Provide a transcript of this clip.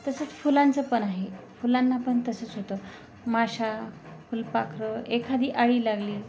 तसंच फुलांचं पण आहे फुलांना पण तसंच होतं माशा फुलपाखरं एखादी अळी लागली